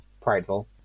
prideful